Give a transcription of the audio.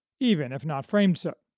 even if not framed so.